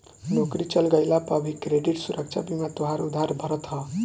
नोकरी चल गइला पअ भी क्रेडिट सुरक्षा बीमा तोहार उधार भरत हअ